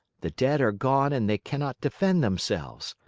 the dead are gone and they cannot defend themselves.